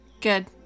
Good